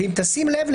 אם תשים לב,